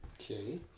Okay